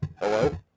Hello